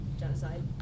genocide